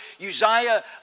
Uzziah